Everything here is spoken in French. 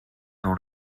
dans